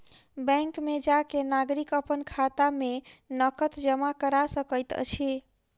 bank में जा के नागरिक अपन खाता में नकद जमा करा सकैत अछि